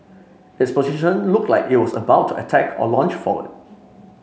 its position looked like it was about to attack or lunge forward